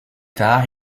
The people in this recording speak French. tard